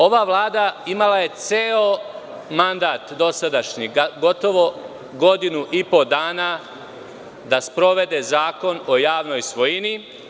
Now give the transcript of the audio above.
Ova Vlada imala je ceo dosadašnji mandat, gotovo godinu i po dana da sprovede Zakon o javnoj svojini.